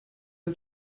you